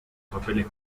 papeles